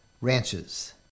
Ranches